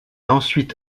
ensuite